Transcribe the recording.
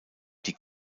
die